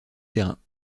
terrain